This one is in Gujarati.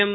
એમ